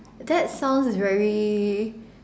that sounds very